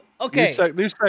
okay